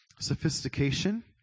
sophistication